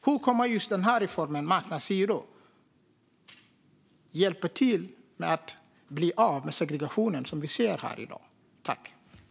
Hur kommer reformen med marknadshyror att hjälpa oss att bli av med den segregation som vi ser i dag?